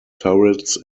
turrets